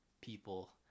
people